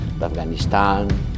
Afghanistan